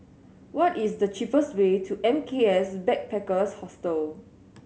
what is the cheapest way to M K S Backpackers Hostel